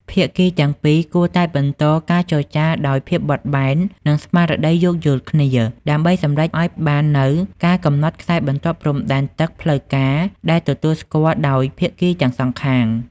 ភាគីទាំងពីរគួរតែបន្តការចរចាដោយភាពបត់បែន និងស្មារតីយោគយល់គ្នា ដើម្បីសម្រេចឱ្យបាននូវការកំណត់ខ្សែបន្ទាត់ព្រំដែនទឹកផ្លូវការដែលទទួលស្គាល់ដោយភាគីទាំងសងខាង។